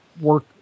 work